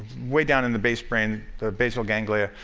way down in the base brain, the basal ganglia,